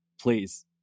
Please